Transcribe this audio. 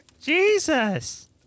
Jesus